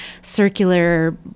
circular